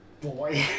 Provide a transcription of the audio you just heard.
Boy